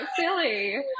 silly